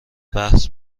بحث